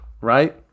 right